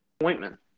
appointment